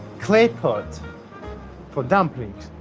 clay pot for dumplings,